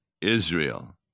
Israel